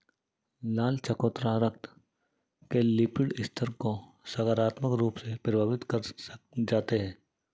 लाल चकोतरा रक्त के लिपिड स्तर को सकारात्मक रूप से प्रभावित कर जाते हैं